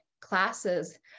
classes